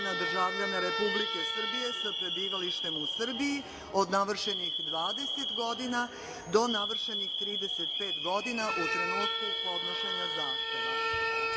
na državljane Republike Srbije sa prebivalištem u Srbiji od navršenih 20 godina do navršenih 35 godina u trenutku podnošenja zahteva. Kako